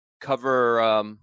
cover